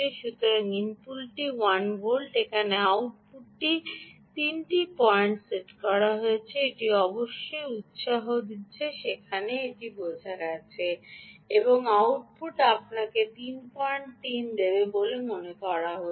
সুতরাং ইনপুটটি 1 ভোল্ট এখানে আউটপুটটি তিনটি পয়েন্টে সেট করা আছে এটি অবশ্যই উত্সাহ দিচ্ছে সেখানে একটি বোঝা রয়েছে এবং আউটপুট আপনাকে 33 দেবে বলে মনে করা হচ্ছে